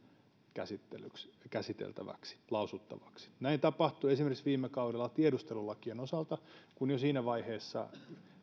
käsiteltäväksi lausuttavaksi näin tapahtui esimerkiksi viime kaudella tiedustelulakien osalta siinä vaiheessa